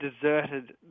deserted